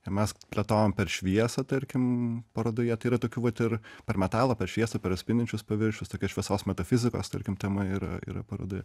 ir mes plėtojam per šviesą tarkim parodoje tai yra tokių vat ir per metalą per šviesą per atspindinčius paviršius tokius šviesos metafizikos tarkim tema yra yra parodoje